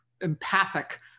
empathic